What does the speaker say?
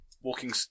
walking